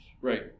Right